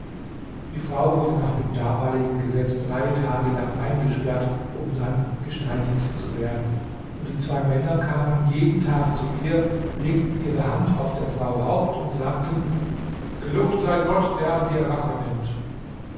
die frau wurde nach dem damaligen gesetz drei tage lang eingesperrt um dann gesteinigt zu werden und die zwei männer kamen jeden tag zu ihr legten ihre hand auf der frau haupt und sagten gelobt sei gott der an dir rache nimmt